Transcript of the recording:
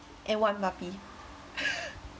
and one puppy